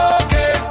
okay